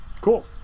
Cool